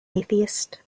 atheist